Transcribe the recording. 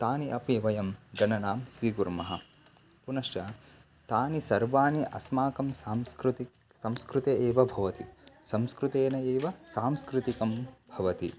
तानि अपि वयं गणनां स्वीकुर्मः पुनश्च तानि सर्वाणि अस्माकं सांस्कृतिकं संस्कृतेः एव भवति संस्कृतेन एव सांस्कृतिकं भवति